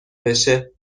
بشه